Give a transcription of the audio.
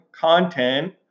content